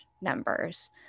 numbers